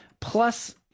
Plus